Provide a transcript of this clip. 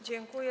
Dziękuję.